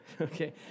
okay